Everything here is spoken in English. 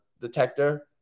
detector